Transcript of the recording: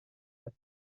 but